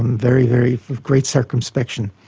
and very, very. with great circumspection.